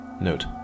Note